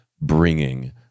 Bringing